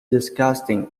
disgusting